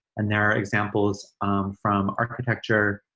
and there examples from architecture,